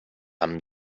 amb